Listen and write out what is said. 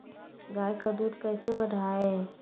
गाय का दूध कैसे बढ़ाये?